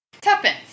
Tuppence